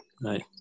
Nice